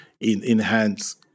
enhance